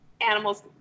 animals